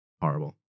horrible